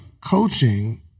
coaching